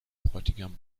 bräutigam